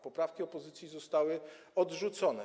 Poprawki opozycji zostały odrzucone.